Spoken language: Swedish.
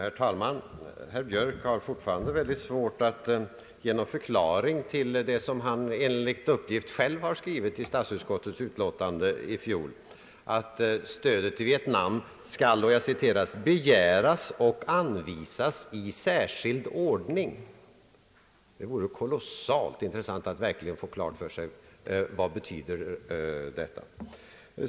Herr talman! Herr Björk har fortfarande mycket svårt att ge någon förklaring till det som han enligt uppgift själv har skrivit i statsutskottets utlåtande i fjol, nämligen att stödet till Vietnam skall »begäras och anvisas i särskild ordning». Det vore kolossalt intressant att verkligen få klart för sig vad detta betyder.